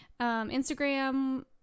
Instagram